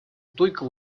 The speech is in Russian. только